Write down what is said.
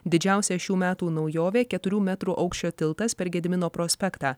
didžiausia šių metų naujovė keturių metrų aukščio tiltas per gedimino prospektą